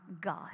God